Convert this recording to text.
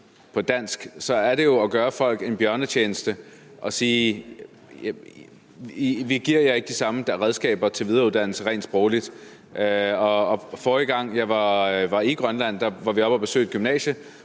på dansk, er det jo at gøre folk en bjørnetjeneste at sige: Vi giver jer ikke de samme redskaber til videreuddannelse rent sprogligt. Forrige gang jeg var i Grønland, var vi er oppe at besøge et gymnasie,